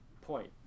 point